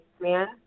man